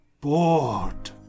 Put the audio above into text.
bored